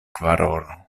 kvarono